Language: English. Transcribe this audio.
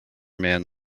man